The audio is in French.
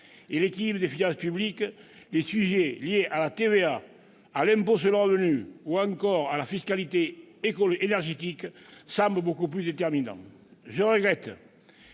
et l'équilibre des finances publiques, les sujets liés à la TVA, à l'impôt sur le revenu ou encore à la fiscalité énergétique semblent beaucoup plus déterminants. Je regrette